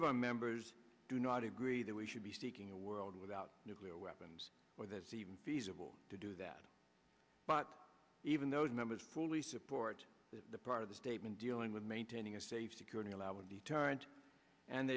of our members do not agree that we should be seeking a world without nuclear weapons or that's even feasible to do that but even those members fully support that part of the statement dealing with maintaining a safe security allow a deterrent and